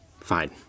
fine